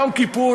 יום כיפור,